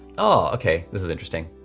ah, okay. this is interesting.